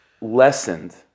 lessened